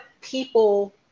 people